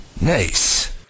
Nice